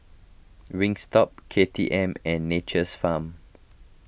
Wingstop K T M and Nature's Farm